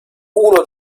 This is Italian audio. uno